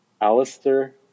Alistair